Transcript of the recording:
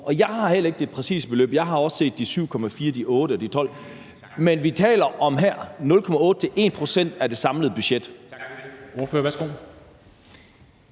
og jeg har heller ikke det præcise beløb. Jeg har også set de 7,4 mia. kr., de 8 mia. kr. og de 12 mia. kr., men vi taler her om 0,8 til 1 pct. af det samlede budget.